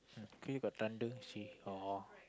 luckily got thunder see oh